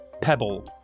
Pebble